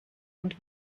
und